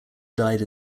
died